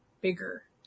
bigger